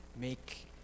make